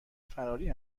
فراری